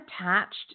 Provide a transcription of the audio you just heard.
attached